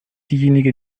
diejenige